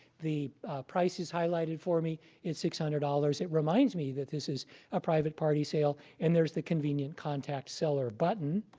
the price is highlighted for me. it's six hundred dollars. it reminds me that this is a private party sale, and there's the convenient contact seller button.